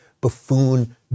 buffoon